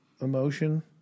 emotion